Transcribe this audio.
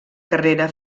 carrera